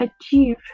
achieve